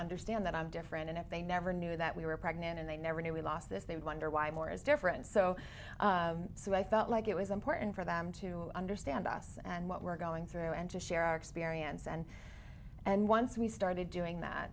understand that i'm different and if they net or knew that we were pregnant and they never knew we lost this they wonder why more is different so so i felt like it was important for them to understand us and what we're going through and to share our experience and and once we started doing that